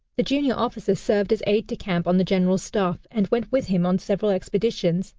the junior officer served as aide-de-camp on the general's staff, and went with him on several expeditions,